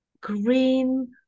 green